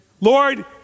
Lord